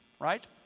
right